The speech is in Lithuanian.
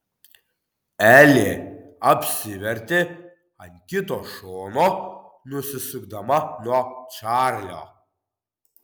elė apsivertė ant kito šono nusisukdama nuo čarlio